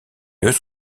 eux